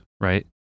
Right